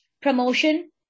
promotion